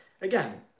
again